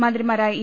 മന്ത്രിമാരായ ഇ